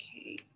Okay